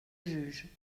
juge